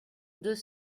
deux